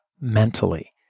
mentally